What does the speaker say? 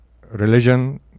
religion